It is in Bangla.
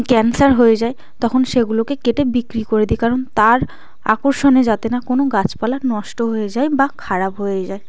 ক্যান্সার হয়ে যায় তখন সেগুলোকে কেটে বিক্রি করে দি কারণ তার আকর্ষণে যাতে না কোনো গাছপালা নষ্ট হয়ে যায় বা খারাপ হয়ে যায়